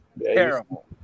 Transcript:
terrible